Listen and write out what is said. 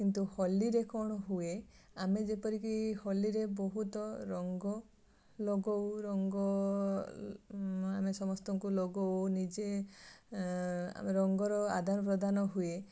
କିନ୍ତୁ ହୋଲିରେ କ'ଣ ହୁଏ ଆମେ ଯେପରିକି ହୋଲିରେ ବହୁତ ରଙ୍ଗ ଲଗାଉ ରଙ୍ଗ ଆମେ ସମସ୍ତଙ୍କୁ ଲଗାଉ ନିଜେ ଆମେ ରଙ୍ଗର ଆଦାନ ପ୍ରଦାନ ହୁଏ